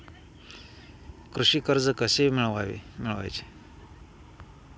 कृषी कर्ज कसे मिळवायचे?